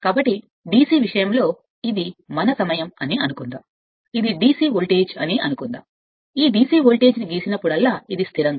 కాబట్టి DC విషయం కోసం ఇది మన సమయం అని అనుకుందాం ఇది మీరు పిలుస్తున్నది మరియు ఇది నా DC వోల్టేజ్ అని అనుకుందాంగీసినప్పుడల్లా ఇది నా DC వోల్టేజ్ ఈ స్థిరాంకం